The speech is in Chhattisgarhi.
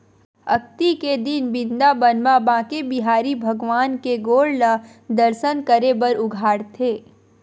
अक्ती के दिन बिंदाबन म बाके बिहारी भगवान के गोड़ ल दरसन करे बर उघारथे